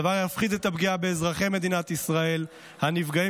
הדבר יפחית את הפגיעה באזרחי מדינת ישראל הנפגעים